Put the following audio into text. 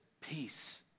peace